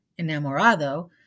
enamorado